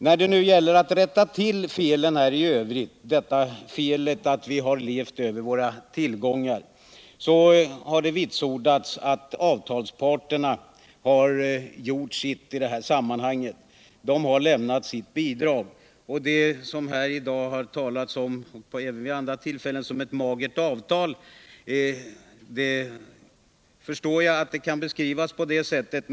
När det gäller att i övrigt rätta till felet att vi har levt över våra tillgångar har det vitsordats att avtalsparterna har gjort sitt i detta sammanhang. De har lämnat sitt bidrag. Man har här i dag och även vid andra tillfällen talat om ”ett magert avtal” — jag förstår att det kan beskrivas på det sättet.